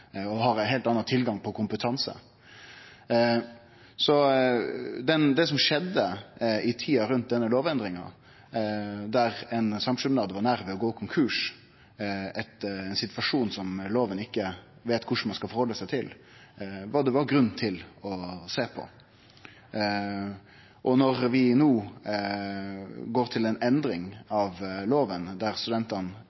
har ein heilt annan tilgang på kompetanse. Det som skjedde i tida rundt denne lovendringa, der ein samskipnad var nær ved å gå konkurs, ein situasjon som lova ikkje veit korleis ein skal halde seg til, var det grunn til å sjå på. Og når vi no går til ei endring